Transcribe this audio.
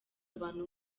abantu